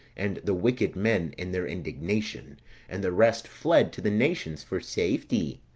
and the wicked men in their indignation and the rest fled to the nations for safety.